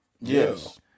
Yes